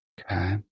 Okay